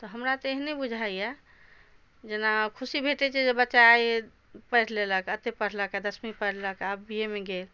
तऽ हमरा तऽ एहने बुझाइया जेना ख़ुशी भेटै छै जे बच्चा आइ पढ़ि लेलक अते पढ़लका दसमी पढ़लका आब बी ए मे गेल